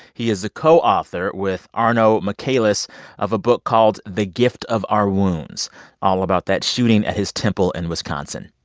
he is the co-author with arno michaelis of a book called the gift of our wounds all about that shooting at his temple in wisconsin.